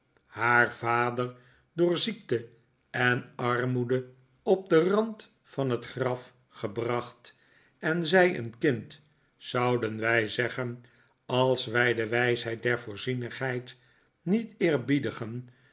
haar vader door ziekte en armoede op den rand van het graf gebracht en zij een kind zouden wij zeggen als wij de wijsheid der voorzieningheid niet